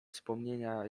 wspomnienia